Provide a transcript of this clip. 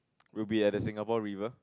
will be at the Singapore River